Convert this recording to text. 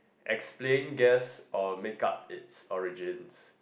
explain guess or make up it's origins